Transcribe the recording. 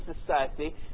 society